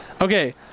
Okay